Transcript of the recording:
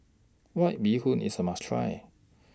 White Bee Hoon IS A must Try